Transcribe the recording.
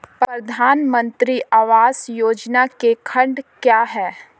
प्रधानमंत्री आवास योजना के खंड क्या हैं?